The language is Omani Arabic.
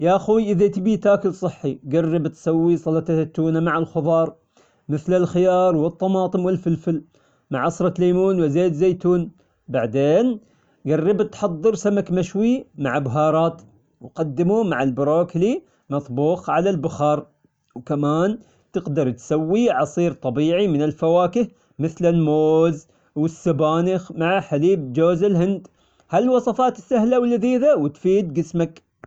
يا خوي إذا تبي تاكل صحي جرب تسوي سلطة التونة مع الخضار مثل الخيار والطماطم والفلفل مع عصرة ليمون وزيت زيتون بعدين جرب تحضر سمك مشوي مع بهارات وقدمه مع البروكلي مطبوخ على البخار، وكمان تقدر تسوي عصير طبيعي من الفواكه مثل الموز، والسبانخ مع حليب جوز الهند، هالوصفات السهلة واللذيذة وتفيد جسمك.